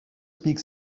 speak